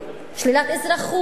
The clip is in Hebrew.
שלילת אזרחות,